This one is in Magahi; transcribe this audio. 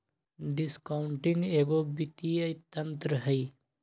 डिस्काउंटिंग एगो वित्तीय तंत्र हइ